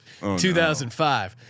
2005